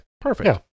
Perfect